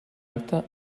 acte